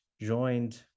joined